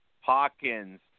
Hawkins